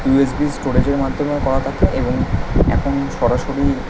USB স্টোরেজের মাধ্যমে করা থাকে এবং এখন সরাসরি